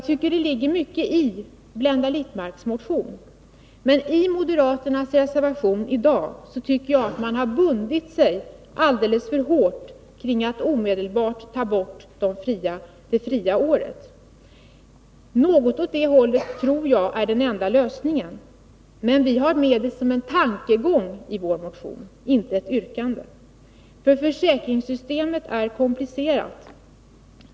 Det ligger mycket i Blenda Littmarcks motion, men i moderaternas reservation i dag har man bundit sig alldeles för hårt för att omedelbart ta bort det fria året. Något åt detta håll är den enda lösningen, men vi har det med bara såsom en tankegång i vår motion, inte såsom ett yrkande. ; Försäkringssystemet är komplicerat.